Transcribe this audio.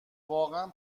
واقعا